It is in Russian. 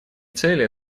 целей